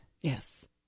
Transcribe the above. Yes